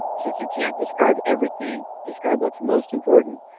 since you can describe everything describe what's most important,